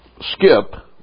skip